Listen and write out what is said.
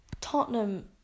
Tottenham